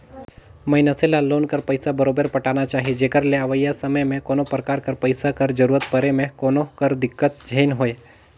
मइनसे ल लोन कर पइसा बरोबेर पटाना चाही जेकर ले अवइया समे में कोनो परकार कर पइसा कर जरूरत परे में कोनो कर दिक्कत झेइन होए